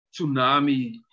tsunami